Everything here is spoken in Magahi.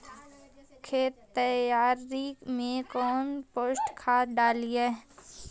खेत तैयारी मे कौन कम्पोस्ट खाद डाली?